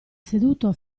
seduto